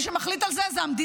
מי שמחליט על זה היא המדינה.